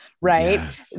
right